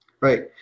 Right